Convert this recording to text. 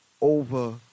over